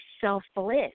selfless